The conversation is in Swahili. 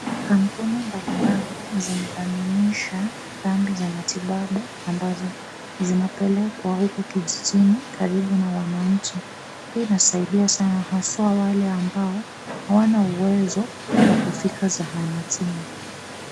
Kampuni mbali mbali zimedhaminisha kambi za matibabu ambazo zinapelekwa huku kijijini karibu na wananchi. Hii inasaidia sana haswa wale ambao hawana uwezo wa kufika zahanatini.